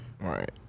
right